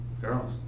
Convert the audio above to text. girls